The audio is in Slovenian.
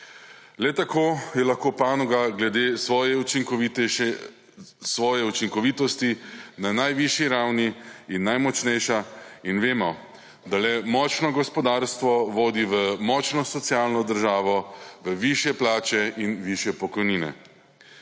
Le tako je lahko panoga glede svoje učinkovitosti na najvišji ravni in najmočnejša in vemo, da le močno gospodarstvo vodi v močno socialno državo, v višje plače in višje pokojnine.